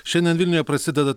šiandien vilniuje prasideda